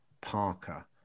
Parker